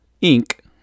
ink